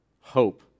hope